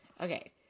Okay